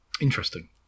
Interesting